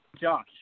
Josh